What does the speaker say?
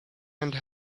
and